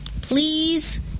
please